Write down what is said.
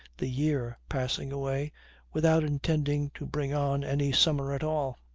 the year passing away without intending to bring on any summer at all.